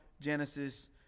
Genesis